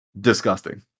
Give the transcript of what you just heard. Disgusting